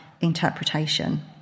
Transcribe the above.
interpretation